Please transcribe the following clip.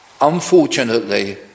unfortunately